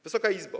Wysoka Izbo!